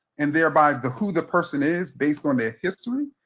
and thereby the who the person is based on their history,